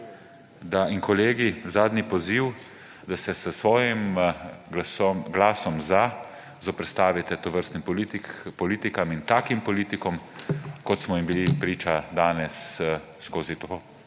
in kolegi, to je zadnji poziv, da se s svojim glasom za zoperstavite tovrstnim politikam in takim politikom, kot smo jim bili priča danes skozi ta